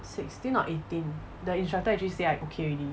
sixteen or eighteen the instructor actually say I okay already